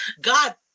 God